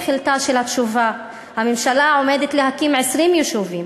תחילתה של התשובה: הממשלה עומדת להקים 20 יישובים